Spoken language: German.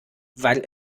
weil